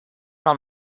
del